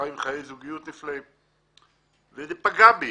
חי חיי זוגיות נפלאים - אבל זה פגע בי,